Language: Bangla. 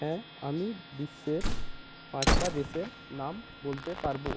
হ্যাঁ আমি বিশ্বের পাঁচটা দেশের নাম বলতে পারবো